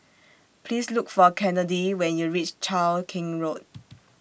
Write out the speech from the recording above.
Please Look For Kennedi when YOU REACH Cheow Keng Road